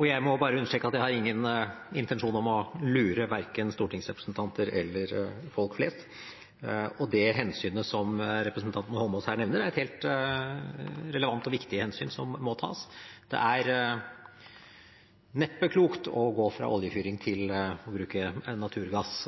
Jeg må bare understreke at jeg har ingen intensjon om å lure verken stortingsrepresentanter eller folk flest. Det hensynet som representanten Eidsvoll Holmås her nevner, er et helt relevant og viktig hensyn som må tas. Det er neppe klokt å gå fra oljefyring til å bruke naturgass